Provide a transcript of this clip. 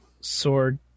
Sword